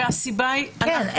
כן.